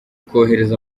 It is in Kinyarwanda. kohereza